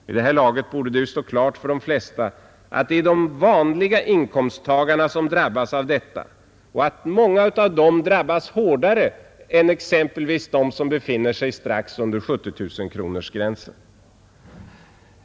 Vid det här laget borde det stå klart för de flesta att det är de vanliga inkomsttagarna som drabbas av detta och att många av dem drabbas hårdare än exempelvis de som befinner strax under 70 000-kronorgränsen.